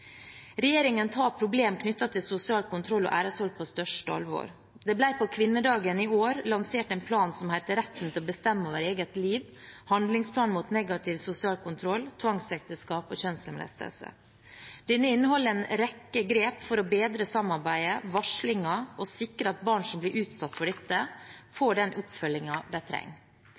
Regjeringen tar problem knyttet til sosial kontroll og æresvold på største alvor. Det ble på kvinnedagen i år lansert en plan som heter «Retten til å bestemme over eget liv. Handlingsplan mot negativ sosial kontroll, tvangsekteskap og kjønnslemlestelse.» Denne inneholder en rekke grep for å bedre samarbeidet, bedre varslingen og sikre at barn som blir utsatt for dette, får den oppfølgingen de trenger.